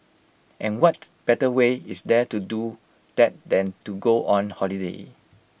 and what better way is there to do that than to go on holiday